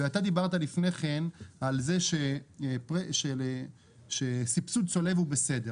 אתה דיברת לפני כן על זה שסבסוד צולב הוא בסדר,